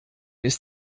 ist